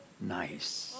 nice